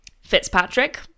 fitzpatrick